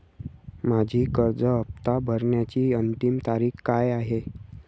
माझी कर्ज हफ्ता भरण्याची अंतिम तारीख काय आहे?